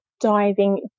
diving